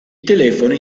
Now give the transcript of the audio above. telefoni